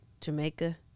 Jamaica